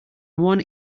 one